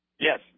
Yes